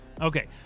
okay